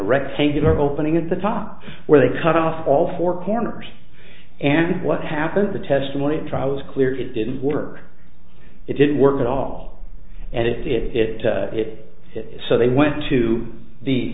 rectangular opening at the top where they cut off all four corners and what happened the testimony at trial was clear it didn't work it didn't work at all and it it it so they went to the